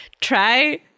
try